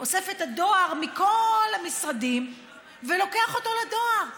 אוסף את הדואר מכל המשרדים ולוקח אותו לדואר.